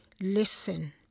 Listen